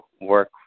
work